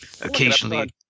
Occasionally